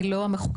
אני לא המחוקק,